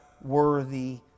worthy